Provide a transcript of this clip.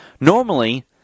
Normally